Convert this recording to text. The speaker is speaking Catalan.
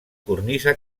cornisa